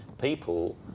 people